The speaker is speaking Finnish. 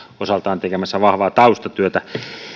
osaltaan tekemässä vahvaa taustatyötä